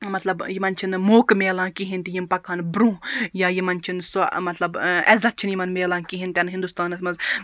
مَطلَب یِمَن چھُنہٕ موقعہٕ میلان کِہیٖنٛۍ تہِ یِم پَکہَن برٛونٛہہ یا یِمَن چھُنہٕ سۄ مَطلَب عزت چھُنہٕ یِمَن میلان کِہیٖنٛۍ تہِ نہٕ ہِندُستانَس مَنٛز